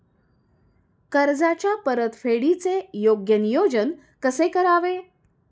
कर्जाच्या परतफेडीचे योग्य नियोजन कसे करावे?